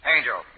Angel